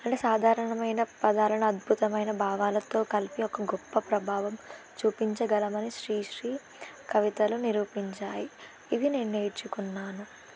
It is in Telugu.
అంటే సాధారణమైన పదాలను అద్భుతమైన భావాలతో కలిపి ఒక గొప్ప ప్రభావం చూపించగలవని శ్రీశ్రీ కవితలు నిరూపించాయి ఇవి నేను నేర్చుకున్నాను